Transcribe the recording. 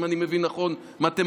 אם אני מבין נכון מתמטיקה.